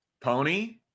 Pony